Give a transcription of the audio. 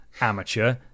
amateur